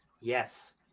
Yes